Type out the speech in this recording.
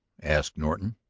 asked norton.